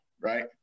right